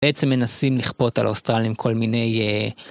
בעצם מנסים לכפות על אוסטרלים כל מיני.